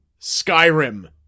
Skyrim